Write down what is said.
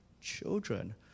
children